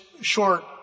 short